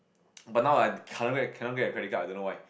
but now I cannot cannot get a credit card I don't know why